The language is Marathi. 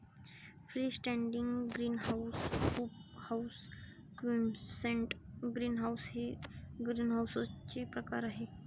free standing greenhouse, hoop house, quonset greenhouse हे ग्रीनहाऊसचे प्रकार आहे